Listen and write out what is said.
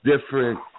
different